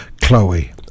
Chloe